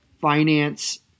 finance